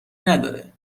نداره